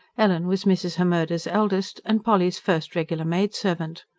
ellen was mrs. hemmerde's eldest, and polly's first regular maidservant.